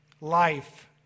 life